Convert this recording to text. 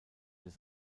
des